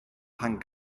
pan